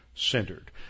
Centered